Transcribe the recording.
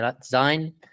design